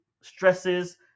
stresses